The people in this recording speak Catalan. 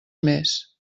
més